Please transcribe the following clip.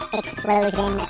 explosion